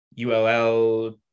ULL